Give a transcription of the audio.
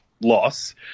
loss